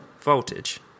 voltage